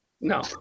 No